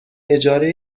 اجاره